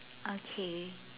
okay